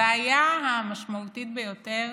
הבעיה המשמעותית ביותר